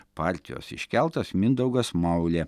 partijos iškeltas mindaugas maulė